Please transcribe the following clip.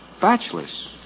Bachelors